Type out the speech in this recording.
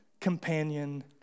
companion